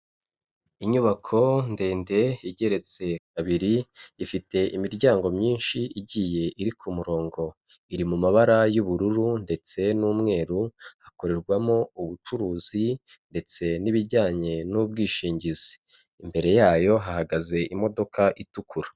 Inyubako ndende igeretse kabiri, ifite imiryango myinshi igiye iri ku murongo, iri mu mabara y'ubururu ndetse n'umweru, hakorerwamo ubucuruzi ndetse n'ibijyanye n'ubwishingizi, imbere yayo hahagaze imodoka itukura.